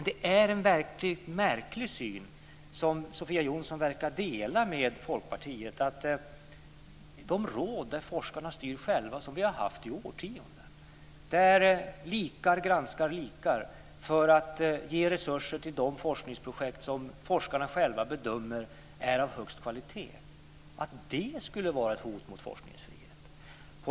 Det är en märklig syn, som Sofia Jonsson verkar dela med Folkpartiet, att de råd som vi har haft i årtionden, där forskarna styr själva, där likar granskar likar för att ge resurser till de forskningsprojekt som de själva bedömer är av högst kvalitet, skulle vara ett hot mot forskningsfriheten.